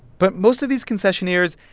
but most of these concessionaires,